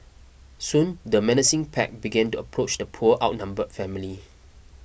soon the menacing pack began to approach the poor outnumbered family